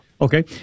Okay